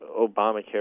Obamacare